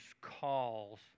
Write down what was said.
calls